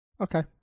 Okay